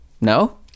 no